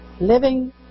living